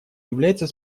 является